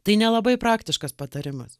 tai nelabai praktiškas patarimas